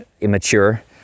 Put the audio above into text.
immature